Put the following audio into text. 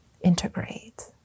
integrate